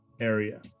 area